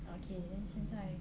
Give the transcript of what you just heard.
okay then 现在